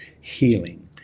healing